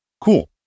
cool